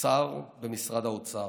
שר במשרד האוצר,